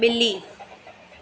बि॒ली